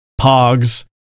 Pogs